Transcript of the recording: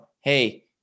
Hey